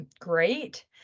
great